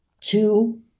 two